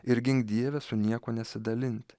ir gink dieve su niekuo nesidalint